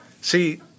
See